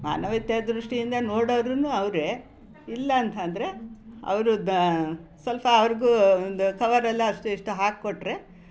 ಮಾನವೀಯತೆಯ ದೃಷ್ಟಿಯಿಂದ ನೋಡೋವ್ರು ಅವರೆ ಇಲ್ಲ ಅಂತಂದರೆ ಅವರು ಸ್ವಲ್ಪ ಅವ್ರಿಗೂ ಒಂದು ಕವರಲ್ಲಿ ಅಷ್ಟೋ ಇಷ್ಟೋ ಹಾಕ್ಕೊಟ್ರೆ